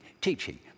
teaching